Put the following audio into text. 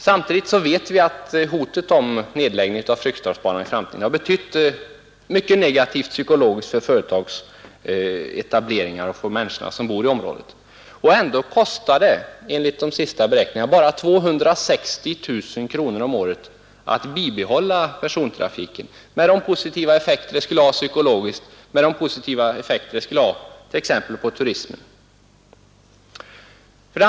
Samtidigt vet vi att hotet om en nedläggning i framtiden av Fryksdalsbanan psykologiskt varit mycket negativt när det gällt företagsetableringar och för de människor som bor i området. Ändå kostar det enligt de senaste beräkningarna bara 260 000 kronor om året att bibehålla persontrafiken med alla de positiva effekter detta skulle ha, exempelvis på turismen.